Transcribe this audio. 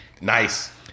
Nice